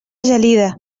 gelida